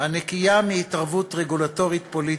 הנקייה מהתערבות רגולטורית פוליטית,